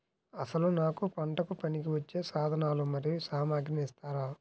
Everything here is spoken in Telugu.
అసలు నాకు పంటకు పనికివచ్చే సాధనాలు మరియు సామగ్రిని ఇస్తారా?